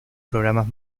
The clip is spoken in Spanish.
programas